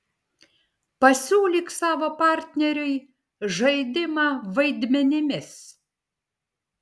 pasiūlyk savo partneriui žaidimą vaidmenimis